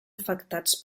afectats